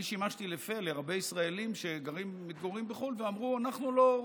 אני שימשתי לפה להרבה ישראלים שמתגוררים בחו"ל ואמרו: א.